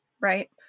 Right